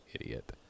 idiot